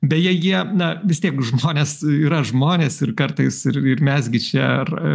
beje jie na vis tiek žmonės yra žmonės ir kartais ir ir mes gi čia ar